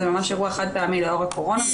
זה ממש אירוע חד פעמי לאור הקורונה,